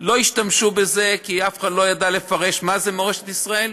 לא השתמשו בזה כי אף אחד לא ידע לפרש מה זה מורשת ישראל.